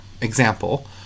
example